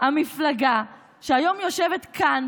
מפלגה שהיום יושבת כאן,